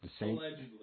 Allegedly